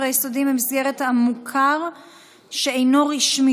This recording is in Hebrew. היסודיים במסגרת המוכר שאינו רשמי,